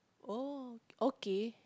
oh okay